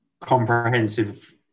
comprehensive